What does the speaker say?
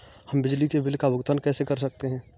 हम बिजली के बिल का भुगतान कैसे कर सकते हैं?